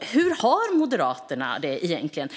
Hur har Moderaterna det egentligen?